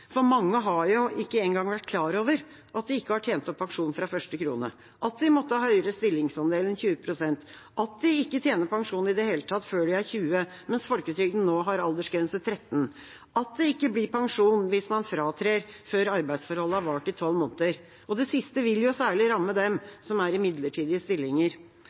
for mange har ikke engang vært klar over at de ikke har tjent opp pensjon fra første krone, at de måtte ha høyere stillingsandel enn 20 pst., at de ikke tjener pensjon i det hele tatt før de er 20 år, mens folketrygden nå har aldersgrense på 13 år, at det ikke blir pensjon hvis man fratrer før arbeidsforholdet har vart i 12 måneder. Det siste vil jo særlig ramme dem som er